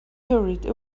hurried